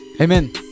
Amen